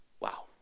Wow